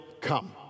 come